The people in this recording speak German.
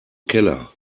keller